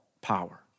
power